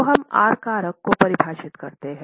तो हम आर कारक को परिभाषित करते हैं